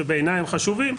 שבעיני הם חשובים,